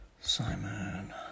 Simon